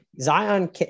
zion